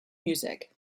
music